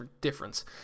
difference